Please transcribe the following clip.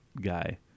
guy